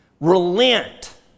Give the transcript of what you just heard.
Relent